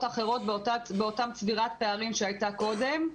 האחרות באותה צבירת פערים שהייתה קודם,